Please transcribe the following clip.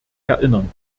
erinnern